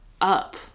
up